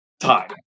time